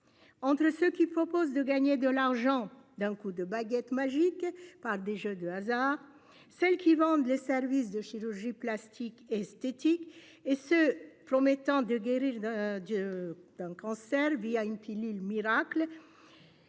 Entre ceux qui proposent de gagner de l'argent d'un coup de baguette magique par des jeux de hasard. Celles qui vendent les services de chirurgie plastique et esthétique et se promettant de guérir de. D'un cancer via une pilule miracle.